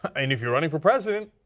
and if you're running for president,